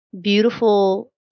beautiful